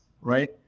right